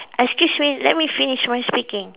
excuse me let me finish my speaking